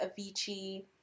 Avicii